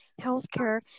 healthcare